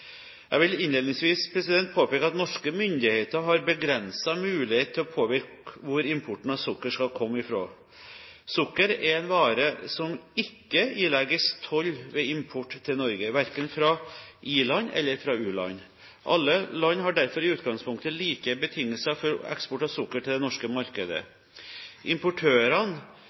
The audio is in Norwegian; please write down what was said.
Jeg vil innledningsvis påpeke at norske myndigheter har begrensede muligheter for å påvirke hvor importen av sukker skal komme fra. Sukker er en vare som ikke ilegges toll ved import til Norge, verken fra i-land eller fra u-land. Alle land har derfor i utgangspunktet like betingelser for eksport av sukker til det norske markedet. Importørene